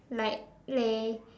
like play